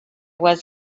was